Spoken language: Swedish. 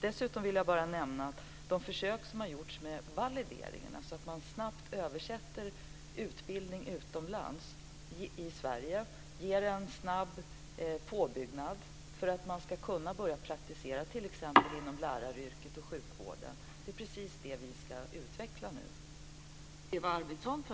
Dessutom vill jag bara nämna att de försök som har gjorts med valideringen, alltså att man snabbt översätter utbildning utomlands i Sverige och ger en snabb påbyggnad för att dessa personer ska kunna börja praktisera, t.ex. inom läraryrket och sjukvården, är precis det som vi ska utveckla nu.